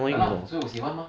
ya lah 所以我喜欢 mah